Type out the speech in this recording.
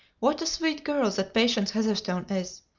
what a sweet girl that patience heatherstone is!